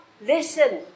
listen